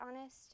honest